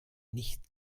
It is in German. nicht